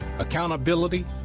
accountability